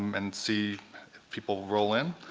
um and see people roll in.